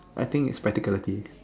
I think is practicality